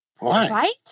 Right